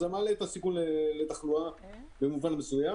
מעלה את הסיכון לתחלואה במובן מסוים.